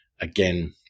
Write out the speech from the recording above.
again